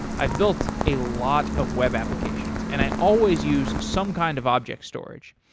i've built a lot of web applications and i always use some kind of object storage.